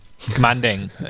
Commanding